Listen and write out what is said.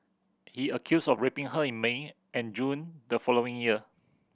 he accused of raping her in May and June the following year